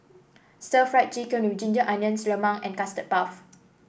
Stir Fried Chicken with Ginger Onions lemang and Custard Puff